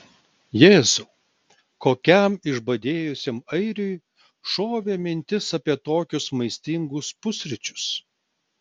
jėzau kokiam išbadėjusiam airiui šovė mintis apie tokius maistingus pusryčius